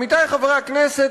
עמיתי חברי הכנסת,